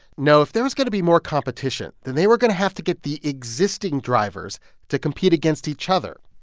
no, if there was going to be more competition, then they were going to have to get the existing drivers to compete against each other.